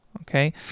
Okay